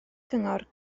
gyngor